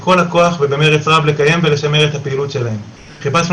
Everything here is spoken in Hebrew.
הבאה כבר יש שירותים וטיפולים ושיעורים ובהחלט אפשר שייכנסו